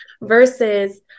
versus